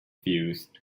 fused